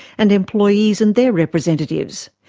and employees and their representatives.